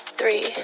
three